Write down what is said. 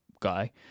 guy